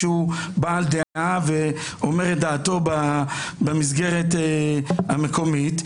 שהוא בעל דעה ואומר את דעתו במסגרת המקומית.